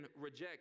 reject